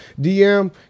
DM